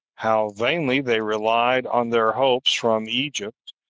how vainly they relied on their hopes from egypt,